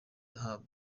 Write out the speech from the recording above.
ahabwa